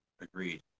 agreed